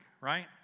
right